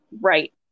Right